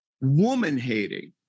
woman-hating